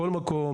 מכל מקום,